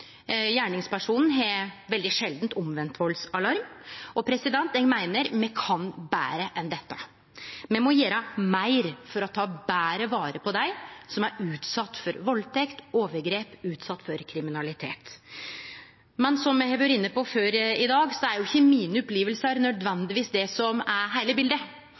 Gjerningspersonen har veldig sjeldan omvendt valdsalarm. Eg meiner me kan betre enn dette. Me må gjere meir for å ta betre vare på dei som er utsette for valdtekt og overgrep, for kriminalitet. Som me har vore inne på før i dag, er ikkje opplevingane mine nødvendigvis det som er heile bildet.